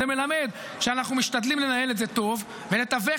זה מלמד שאנחנו משתדלים לנהל את זה טוב ולתווך